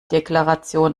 deklaration